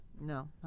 No